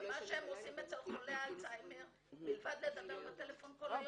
בעניין של חולי אלצהיימר שאומרים שאין